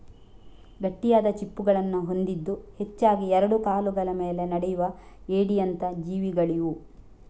ಗಟ್ಟಿಯಾದ ಚಿಪ್ಪುಗಳನ್ನ ಹೊಂದಿದ್ದು ಹೆಚ್ಚಾಗಿ ಎರಡು ಕಾಲುಗಳ ಮೇಲೆ ನಡೆಯುವ ಏಡಿಯಂತ ಜೀವಿಗಳಿವು